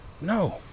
No